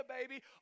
baby